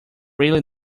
really